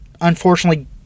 unfortunately